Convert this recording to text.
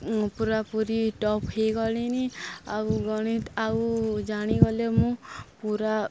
ପୁରାପୁରି ଟପ୍ ହେଇଗଲିଣି ଆଉ ଗଣିତ ଆଉ ଜାଣିଗଲେ ମୁଁ ପୁରା